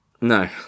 No